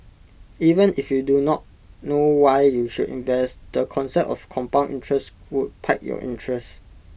even if you do not know why you should invest the concept of compound interest would pique your interest